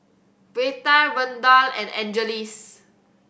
Reta Randall and Angeles